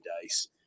Dice